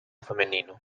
femenino